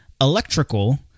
electrical